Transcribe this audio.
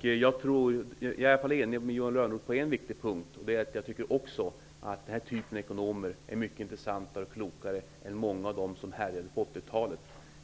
Jag är enig med Johan Lönnroth på en viktigt punkt. Också jag anser att den här typen av ekonomer är mycket intressantare och klokare än många av dem som härjade på 80 talet.